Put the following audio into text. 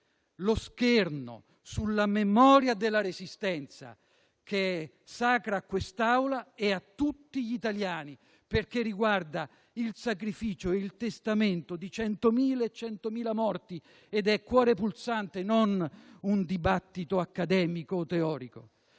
lo scherno sulla memoria della Resistenza, che è sacra a quest'Assemblea e a tutti gli italiani, perché riguarda il sacrificio e il testamento di 100.000 e 100.000 morti ed è cuore pulsante, non un dibattito accademico o teorico.